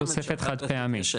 היא תוספת חד-פעמית,